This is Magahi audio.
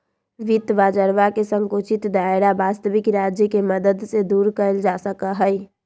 वित्त बाजरवा के संकुचित दायरा वस्तबिक राज्य के मदद से दूर कइल जा सका हई